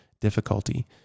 difficulty